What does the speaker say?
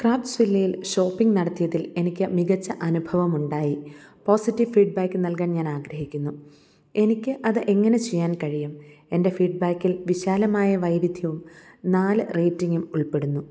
ക്രാഫ്റ്റ്സ്വില്ലയിൽ shopping നടത്തിയതിൽ എനിക്ക് മികച്ച അനുഭവമുണ്ടായി പോസിറ്റീവ് ഫീഡ് ബാക്ക് നൽകാൻ ഞാനാഗ്രഹിക്കുന്നു എനിക്ക് അത് എങ്ങനെ ചെയ്യാൻ കഴിയും എന്റെ ഫീഡ് ബാക്കിൽ വിശാലമായ വൈവിധ്യവും നാല് റേറ്റിങ്ങും ഉൾപ്പെടുന്നു